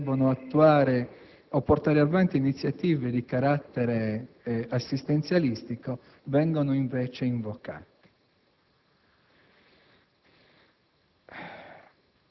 quando magari si debbono attuare o portare avanti iniziative di carattere assistenzialistico, viene invocata.